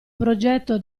progetto